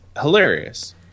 hilarious